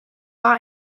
our